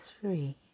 three